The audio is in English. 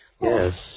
Yes